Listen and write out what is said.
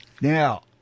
Now